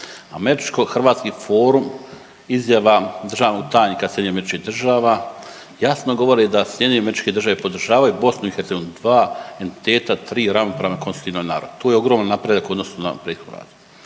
Američko-hrvatski forum izjava državnog tajnika SAD-a jasno govori da SAD podržavaju BiH, dva entiteta, tri ravnopravna konstitutivna naroda. Tu je ogroman napredak u odnosu na prethodan.